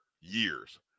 years